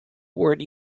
word